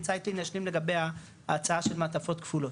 ציטלין ישלים לגבי ההצעה של מעטפות כפולות,